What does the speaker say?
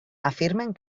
afirmen